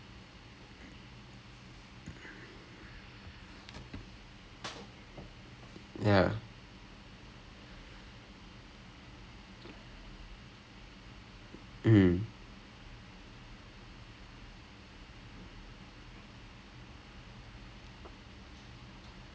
and I like I'm like no because usually cricket is like a very slow paced game you take your time அந்த மாதிரி:antha maathiri especially if especially like the older version of the sports all you you can legit take your time it's more of like a mental fatigue rather than physical fatigue I mean you will get tired lah I mean you're playing for goddamn eight hours obviously you will get tired but